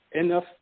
enough